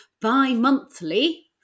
bi-monthly